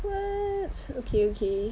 what okay okay